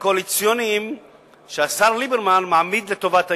קואליציוניים שהשר ליברמן מעמיד לטובת העניין,